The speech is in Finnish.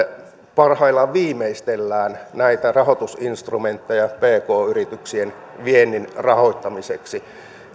parhaillaan viimeistellään näitä rahoitusinstrumentteja pk yrityksien viennin rahoittamiseksi